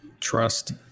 Trust